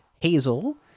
Hazel